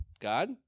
god